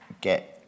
get